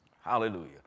Hallelujah